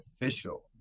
official